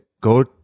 go